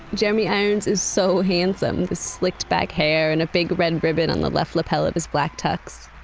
jeremy irons is so handsome. the slicked-back hair, and a big red ribbon on the left lapel of his black tux.